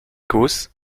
causse